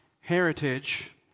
Heritage